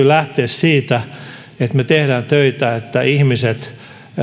lähteä siitä että me teemme töitä että ihmiset